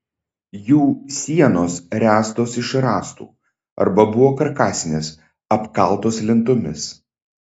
jų sienos ręstos iš rąstų arba buvo karkasinės apkaltos lentomis